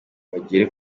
bagere